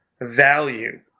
value